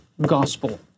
gospel